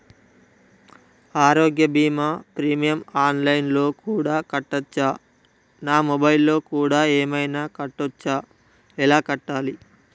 ఆరోగ్య బీమా premium online లో కూడా కట్టచ్చా? నా మొబైల్లో కూడా ఏమైనా కట్టొచ్చా? ఎలా కట్టాలి?